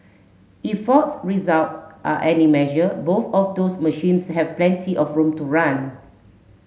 if Ford's result are any measure both of those machines have plenty of room to run